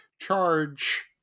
charge